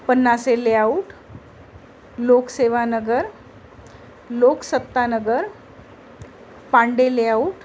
Pannase layout Loksevanagar Loksattanagar Pande layout